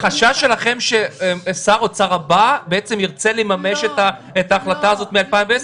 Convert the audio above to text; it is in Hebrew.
החשש שלכם ששר האוצר הבא ירצה לממש את ההחלטה הזאת מ-2010,